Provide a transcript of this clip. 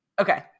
Okay